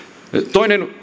toinen